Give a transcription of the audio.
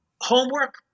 homework